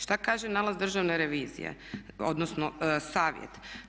Šta kaže nalaz državne revizije odnosno savjet?